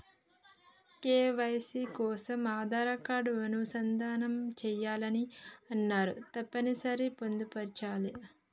KYC కోసం Aadhaar card అనుసంధానం చేయాలని అన్నరు తప్పని సరి పొందుపరచాలా?